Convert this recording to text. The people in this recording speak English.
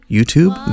YouTube